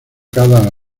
cada